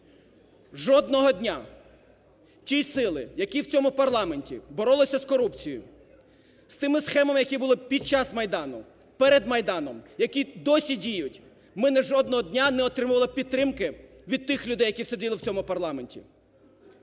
жодного дня ці сили, які в цьому парламенті боролися з корупцією, з тими схемами, які були під час Майдану, перед Майданом, які досі діють, ми жодного дня не отримували підтримки від тих людей, які сиділи в цьому парламенті.